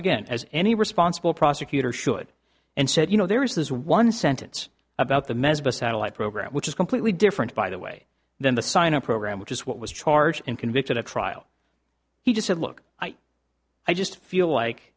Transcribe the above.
again as any responsible prosecutor should and said you know there is this one sentence about the mess of a satellite program which is completely different by the way than the sign up program which is what was charged and convicted at trial he just said look i just feel like